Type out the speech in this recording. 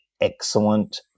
excellent